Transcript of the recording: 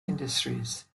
industries